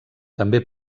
també